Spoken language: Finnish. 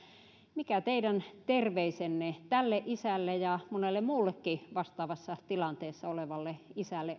mikä on teidän terveisenne tälle isälle ja monelle muullekin vastaavassa tilanteessa olevalle isälle